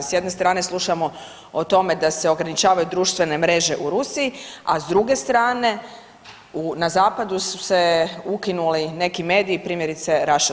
S jedne strane slušamo o tome da se ograničavaju društvene mreže u Rusiji, a s druge strane, u, na zapadu su se ukinuli neki mediji, primjerice, Russia Today.